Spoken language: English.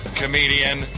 comedian